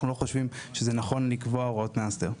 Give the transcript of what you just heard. אנחנו לא חושבים שזה נכון לקבוע הוראות מאסדר.